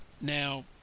Now